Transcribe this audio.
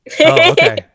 Okay